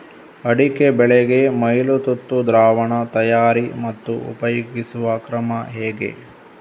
ಅಡಿಕೆ ಬೆಳೆಗೆ ಮೈಲುತುತ್ತು ದ್ರಾವಣ ತಯಾರಿ ಮತ್ತು ಉಪಯೋಗಿಸುವ ಕ್ರಮ ಹೇಗೆ?